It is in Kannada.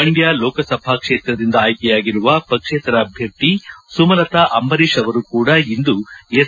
ಮಂಡ್ಯ ಲೋಕಸಭಾ ಕ್ಷೇತ್ರದಿಂದ ಆಯ್ಕೆಯಾಗಿರುವ ಪಕ್ಷೇತರ ಅಭ್ಯರ್ಥಿ ಸುಮಲತಾ ಅಂಬರೀಶ್ ಅವರು ಕೂಡ ಇಂದು ಎಸ್